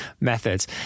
methods